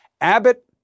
Abbott